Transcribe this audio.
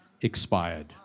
expired